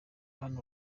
hano